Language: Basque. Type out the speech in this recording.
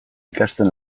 ikasten